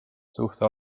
suhte